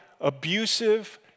abusive